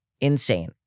Insane